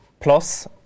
plus